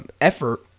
effort